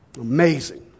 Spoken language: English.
Amazing